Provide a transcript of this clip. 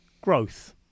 growth